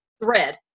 thread